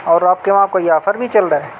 اور آپ کے وہاں کوئی آفر بھی چل رہا ہے